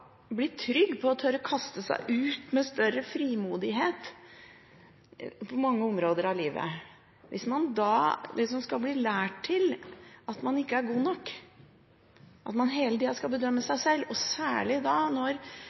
bli trygg på å tørre kaste seg ut med større frimodighet på mange områder i livet. Hvis man skal bli opplært til at man ikke er god nok, og at man hele tiden skal bedømme